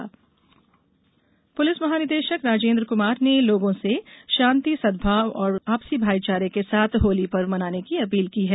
appeal Holi police महानिदेशक राजेन्द्र कुमार ने लोगों से शांति सद्भाव एवं आपसी भाई चारे के साथ होली पर्व मनाने की अपील की है